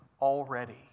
already